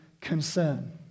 concern